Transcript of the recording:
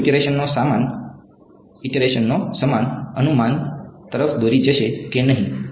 શું ઇટેરેશનનો સમાન અનુમાન તરફ દોરી જશે કે નહીં